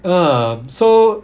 um so